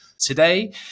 Today